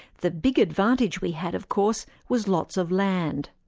the big advantage we had of course, was lots of land.